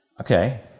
okay